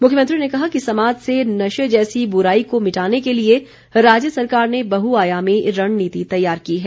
मुख्यमंत्री ने कहा कि समाज से नशे जैसी बुराई को मिटाने के लिए राज्य सरकार ने बहुआयामी रणनीति तैयार की है